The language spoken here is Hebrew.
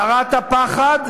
זרעת פחד,